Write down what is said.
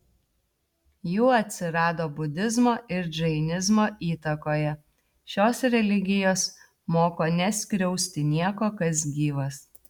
jų atsirado budizmo ir džainizmo įtakoje šios religijos moko neskriausti nieko kas gyvas